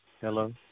Hello